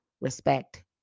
respect